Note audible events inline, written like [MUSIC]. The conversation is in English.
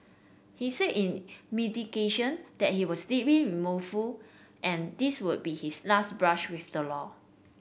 he said in mitigation that he was deeply [UNINTELLIGIBLE] and this would be his last brush with the law